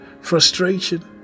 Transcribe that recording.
frustration